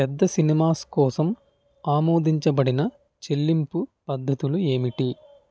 పెద్ద సినిమాస్ కోసం ఆమోదించబడిన చెల్లింపు పద్ధతులు ఏమిటి